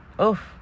Oof